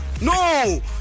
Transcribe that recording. No